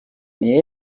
mais